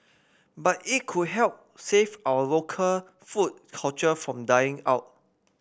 but it could help save our local food culture from dying out